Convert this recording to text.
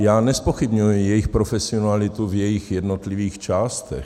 Já nezpochybňuji jejich profesionalitu v jejích jednotlivých částech.